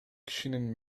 кишинин